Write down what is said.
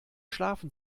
schlafen